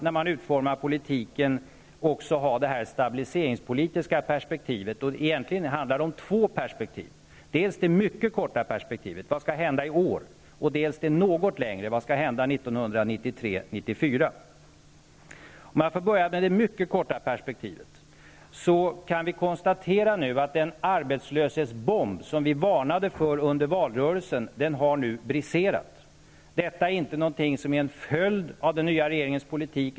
När man utformar politiken måste man också ha det stabiliseringspolitiska perspektivet. Egentligen handlar det om två perspektiv. Det är dels det mycket korta perspektivet, vad som skall hända i år, dels det något längre perspektivet, vad som skall hända 1993/94. Låt mig börja med det mycket korta perspektivet. Vi kan nu konstatera att den arbetslöshetsbomb som vi varnade för under valrörelsen har briserat. Detta är inte någonting som är en följd av den nya regeringens politik.